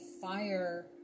fire